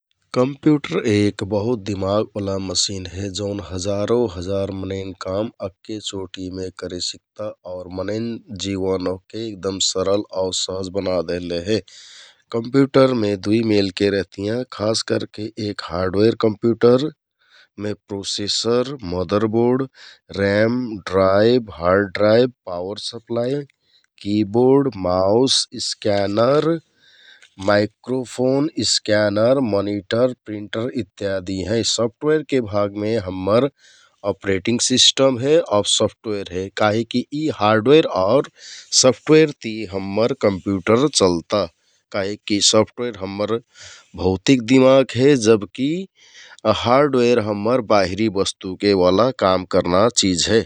कम्प्युटर एक बहुत दिमाकओला मसिन हे जौन हजारौं हजार मनैंन काम अक्के चोटिमे करे सिकता आउ मनैंन जिवन ओहके एगदम सरल आउ सहज बना देहले हे । कम्प्युटरमे दुइमेलके रहतियाँ खास करके एक हार्डवेयर कम्प्युटरमे processor, motherboard, RAM, drive, hard drive, power supply, keyboard, mouse, क्यानर माइक्रोफोन, स्क्यानर, मनिटर, प्रिन्टर इत्यादि हैं । सफ्टवेयरके भागमे हम्मर अपरेटिङ्ग सिस्टम हे आउ सफ्टवेयर हे । काहिकि यि हार्डवेयर आउ सफ्टवेयरति यि हम्मर कम्प्युटर चलता । काहिकि सफ्टवेयर हम्मर भौतिक दिमाक हे तबकि हार्डवेयर हम्मर बाहिरि बस्तुकेओला काम करना चिझ हे ।